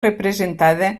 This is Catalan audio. representada